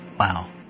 Wow